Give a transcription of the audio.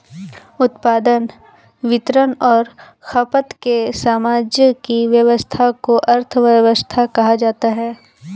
उत्पादन, वितरण और खपत के सामंजस्य की व्यस्वस्था को अर्थव्यवस्था कहा जाता है